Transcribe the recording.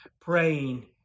praying